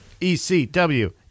ECW